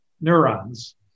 neurons